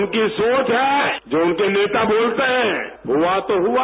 उनकी सोच है जो उनके नेता बोलते है हुआ तो हुआ